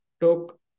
took